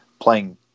playing